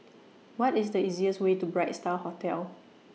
What IS The easiest Way to Bright STAR Hotel